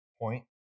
point